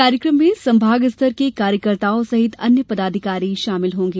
कार्यक्रम में संभाग स्तर के कार्यकर्ताओं सहित अन्य पदाधिकारी शामिल होंगे